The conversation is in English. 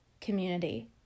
community